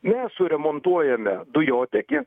mes suremontuojame dujotekį